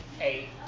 eight